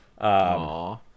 Aww